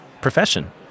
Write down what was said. profession